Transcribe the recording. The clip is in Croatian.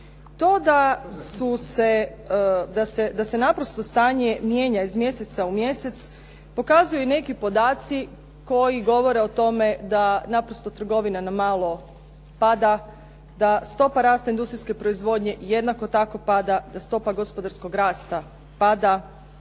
To da se naprosto stanje mijenja iz mjeseca u mjesec pokazuju i neki podaci koji govore o tome da naprosto trgovina na malo pada, da stopa rasta industrijske proizvodnje jednako tako pada, da stopa gospodarskog rasta pada